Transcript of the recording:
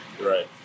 Right